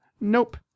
nope